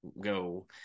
Go